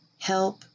help